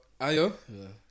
Ayo